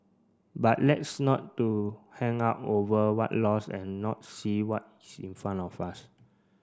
but let's not too hung up over what lost and not see what is in front of us